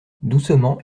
doucement